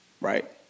right